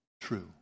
true